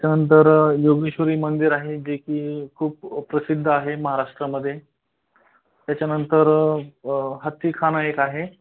त्याच्यानंतर योगेश्वरी मंदिर आहे जे की खूप प्रसिद्ध आहे महाराष्ट्रामध्ये त्याच्यानंतर हत्तीखाना एक आहे